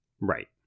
Right